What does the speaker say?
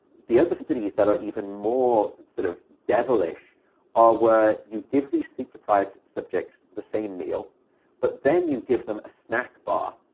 the other studies that are even more sort of devilish are where you give these sleep-deprived subjects the same meal but then you give them a snack bar.